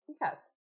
Yes